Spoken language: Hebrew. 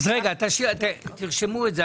אז רגע, תרשמו את זה.